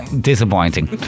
disappointing